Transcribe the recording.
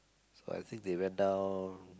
so I think they went down